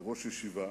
כראש ישיבה.